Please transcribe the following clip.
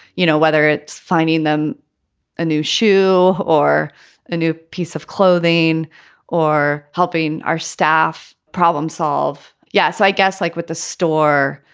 you know, whether it's finding them a new shoe or a new piece of clothing or helping our staff problem solve. yes, i guess like with the store.